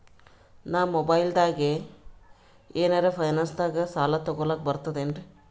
ನಾ ಮೊಬೈಲ್ದಾಗೆ ಏನರ ಫೈನಾನ್ಸದಾಗ ಸಾಲ ತೊಗೊಲಕ ಬರ್ತದೇನ್ರಿ?